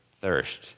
thirst